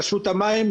רשות המים,